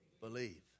believe